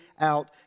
out